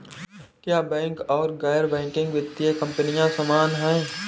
क्या बैंक और गैर बैंकिंग वित्तीय कंपनियां समान हैं?